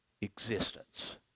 existence